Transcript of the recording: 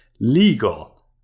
Legal